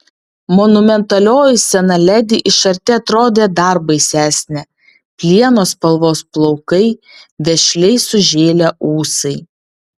monumentalioji sena ledi iš arti atrodė dar baisesnė plieno spalvos plaukai vešliai sužėlę ūsai